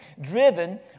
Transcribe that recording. Driven